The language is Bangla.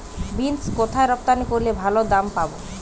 বিন্স কোথায় রপ্তানি করলে ভালো দাম পাব?